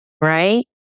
right